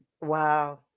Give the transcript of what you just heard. Wow